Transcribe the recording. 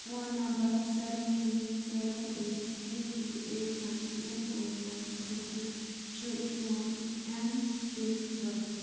phone number seven three seven eight three three eight nine two four nine خٲطرٕ چھُ چون M PIN غلط